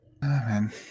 man